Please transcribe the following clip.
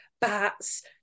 bats